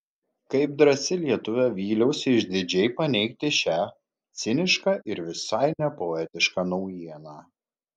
kaip drąsi lietuvė vyliausi išdidžiai paneigti šią cinišką ir visai nepoetišką naujieną